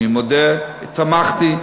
אני מודה, תמכתי.